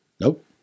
Nope